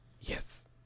yes